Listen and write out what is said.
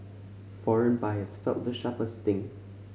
foreign buyers felt the sharpest sting